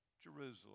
Jerusalem